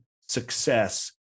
success